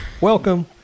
Welcome